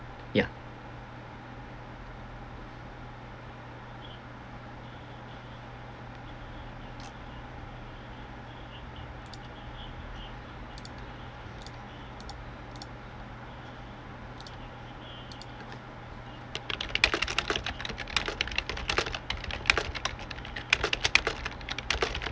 ya